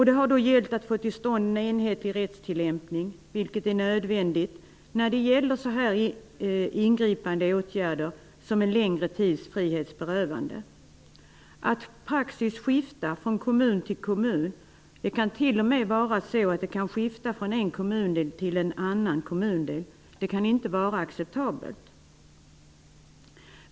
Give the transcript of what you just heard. Det har gällt att få till stånd en enhetlig rättstillämpning, vilket är nödvändigt när det gäller sådana åtgärder som en längre tids frihetsberövande. Att praxis skiftar från kommun till kommun -- det kan t.o.m. skifta från en kommundel till en annan -- kan inte vara acceptabelt.